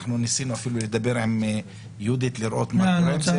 ניסינו לדבר עם יהודית לראות מה קורה עם זה.